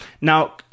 Now